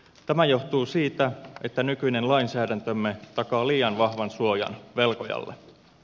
tämä johtuu siitä että nykyinen lainsäädäntömme takaa liian vahvan suojan velkojalle